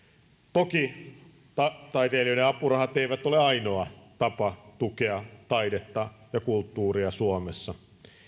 toki taiteilijoiden apurahat eivät ole ainoa tapa tukea taidetta ja kulttuuria suomessa